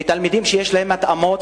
ותלמידים שיש להם התאמות,